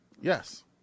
Yes